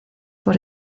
por